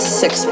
six